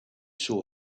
saw